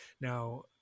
now